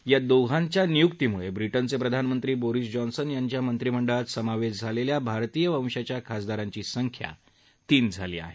या दोघांच्या नियुक्तीमुळे ब्रिटनचे प्रधानमंत्री बोरीस जॉन्सन यांच्या मंत्रिमंडळात समावेश झालेल्या भारतीय वंशाच्या खासदारांची संख्या तीन झाली आहे